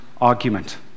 argument